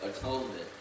Atonement